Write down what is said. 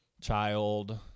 child